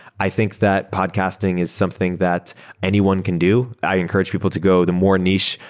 i think that podcasting is something that anyone can do. i encourage people to go. the more niche,